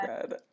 good